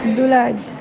dulage.